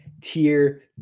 tier